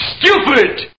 Stupid